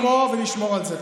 אנחנו נעמוד פה ונשמור על זה.